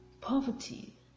Poverty